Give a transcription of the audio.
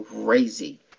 crazy